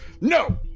no